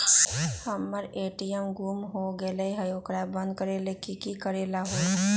हमर ए.टी.एम गुम हो गेलक ह ओकरा बंद करेला कि कि करेला होई है?